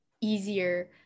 easier